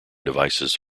devices